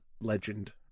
legend